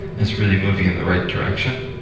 it's really moving in the right direction.